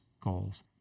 goals